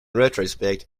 retrospect